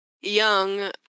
Young